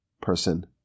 person